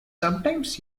sometimes